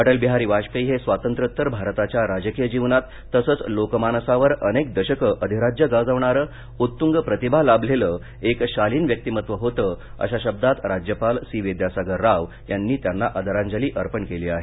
अटल बिहारी वाजपेयी हे स्वातंत्र्योत्तर भारताच्या राजकीय जीवनात तसंच लोकमानसावर अनेक दशकं अधिराज्य गाजवणारं उत्तूंग प्रतिभा लाभलेलं एक शालीन व्यक्तिमत्व होतं अशा शब्दात राज्यपाल सी विद्यासागर राव यांनी त्यांना आदरांजली अर्पण केली आहे